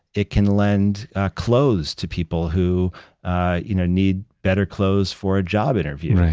it can lend clothes to people who ah you know need better clothes for a job interview.